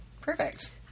Perfect